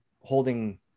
holding